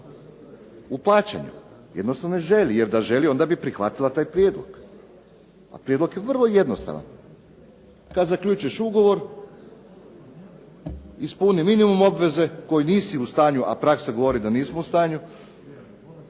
u plaćanje. Jednostavno ne želi, jer da želi onda bi prihvatila taj prijedlog. A prijedlog je vrlo jednostavan. Kada zaključiš ugovor, ispuni minimum obveze koji nisi u stanju, a praksa govori da nismo u stanju,